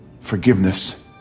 forgiveness